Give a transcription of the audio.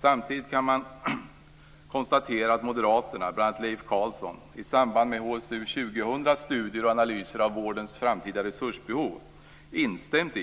Samtidigt kan man konstatera att Moderaterna, bl.a. Leif Carlson, i samband med HSU 2000:s studier och analyser av vårdens framtida resursbehov instämt i